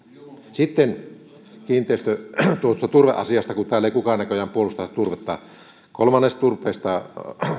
sitten turveasiasta kun täällä ei kukaan näköjään puolusta turvetta kolmannes turpeesta